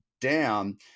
down